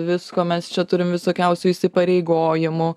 visko mes čia turim visokiausių įsipareigojimų